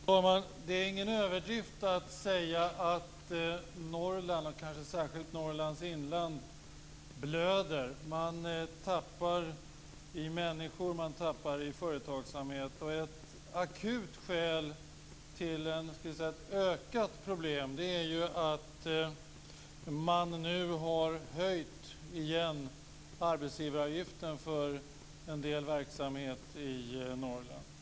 Fru talman! Det är ingen överdrift att säga att Norrland, och kanske särskilt Norrlands inland, blöder. Man tappar i befolkning, och man tappar i företagsamhet. Ett akut skäl till att problemen ökar är att man nu har höjt, igen, arbetsgivaravgiften för en del verksamhet i Norrland.